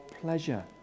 pleasure